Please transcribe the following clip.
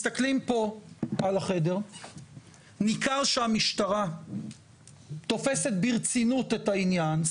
מסתכלים פה על החדר וניכר שהמשטרה תופסת ברצינות את העניין,